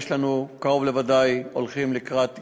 קרוב לוודאי שהולכים לקראת גילוי.